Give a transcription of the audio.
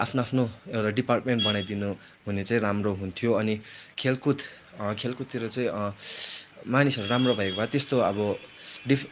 आफ्नो आफ्नो एउटा डिपार्टमेन्ट बनाइदिनु हुने चाहिँ राम्रो हुन्थ्यो अनि खेलकुद खेलकुदतिर चाहिँ मानिसहरू राम्रो भएको भए त्यस्तो अब डिफ